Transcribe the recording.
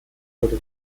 wurde